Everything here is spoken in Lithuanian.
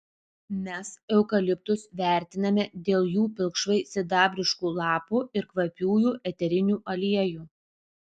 mes eukaliptus vertiname dėl jų pilkšvai sidabriškų lapų ir kvapiųjų eterinių aliejų